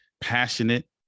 passionate